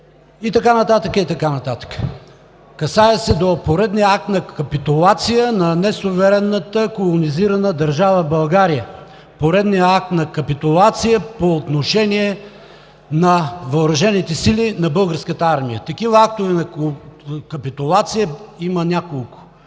нови самолети и така нататък. Касае се за поредния акт на капитулация на несуверенната колонизирана държава България, поредния акт на капитулация по отношение на въоръжените сили на Българската армия. Такива актове на капитулация има няколко.